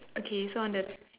okay so on the